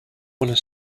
want